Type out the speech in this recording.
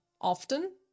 often